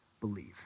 believe